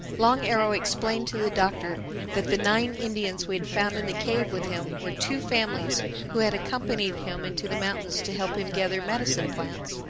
long arrow explained to the doctor that the nine indians we had found in the cave with him were two families who had accompanied him into the mountains to help him gather medicine-plants.